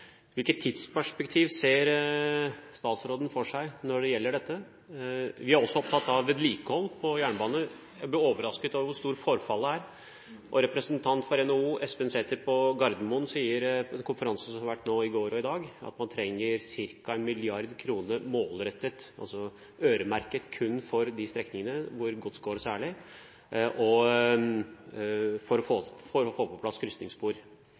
Hvilket tidsperspektiv ser statsråden for seg når det gjelder dette? Vi er også opptatt av vedlikehold på jernbane. Jeg ble overrasket over hvor stort forfallet er. NHO-representant Erling Sæther sier på en konferanse som har vært i går og i dag på Gardermoen, at man trenger ca. 1 mrd. kr målrettet – altså øremerket kun for de strekningene hvor det særlig går gods, og for å få på plass